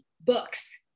books